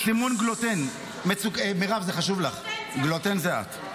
סימון גלוטן, מירב, זה חשוב לך, גלוטן זה את.